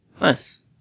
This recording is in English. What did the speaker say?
Nice